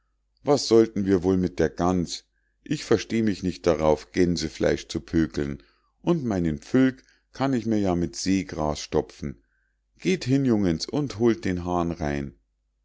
was sollten wir wohl mit der gans ich versteh mich nicht darauf gänsefleisch zu pökeln und meinen pfülk kann ich mir ja mit seegras stopfen geht hin jungens und holt den hahn rein